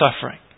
suffering